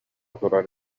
турар